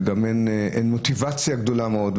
גם אין מוטיבציה גדולה מאוד.